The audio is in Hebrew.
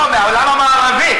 לא, בעולם המערבי.